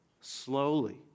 slowly